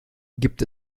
gibt